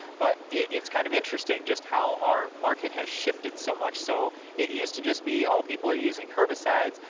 but it's kind of interesting just how our market has shifted so much. so, it used to just be, oh, people are using herbicides,